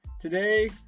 Today